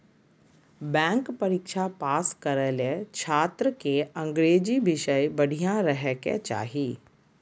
bank परीक्षा pass करे ले छात्र के अंग्रेजी विषय बढ़िया रहे के चाही